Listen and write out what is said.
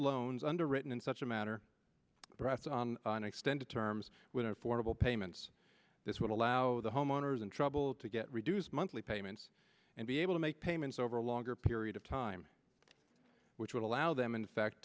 loans underwritten in such a manner rest on an extended terms with an affordable payments this would allow the homeowners in trouble to get reduced monthly payments and be able to make payments over a longer period of time which would allow them in fact